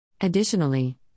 Additionally